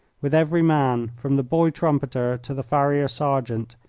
with every man, from the boy trumpeter to the farrier-sergeant,